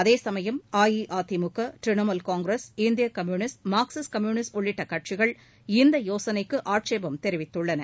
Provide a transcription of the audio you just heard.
அதேசமயம் அஇஅதிமுக திரிணாமூல் காங்கிரஸ் இந்திய Communist Marxist Communist உள்ளிட்ட கட்சிகள் இந்த யோசனைக்கு ஆட்சேபம் தெரிவித்துள்ளன